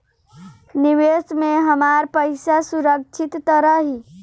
निवेश में हमार पईसा सुरक्षित त रही?